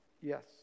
yes